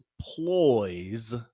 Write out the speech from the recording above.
ploys